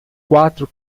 quatro